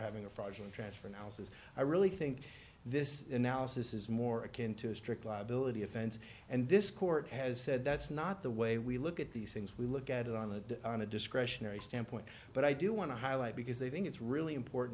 having a fraudulent transfer in houses i really think this analysis is more akin to a strict liability offense and this court has said that's not the way we look at these things we look at it on the on a discretionary standpoint but i do want to highlight because they think it's really important